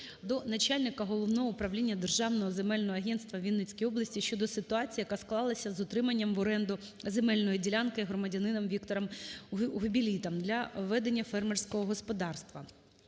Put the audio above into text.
до начальника Головного управління Державного земельного агентства у Вінницькій області щодо ситуації, яка склалася з отриманням в оренду земельної ділянки громадянином Віктором Губілітом для ведення фермерського господарства.